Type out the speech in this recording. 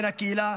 בן הקהילה,